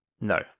No